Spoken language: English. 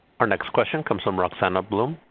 our next question comes from roxana blum.